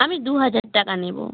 আমি দু হাজার টাকা নেব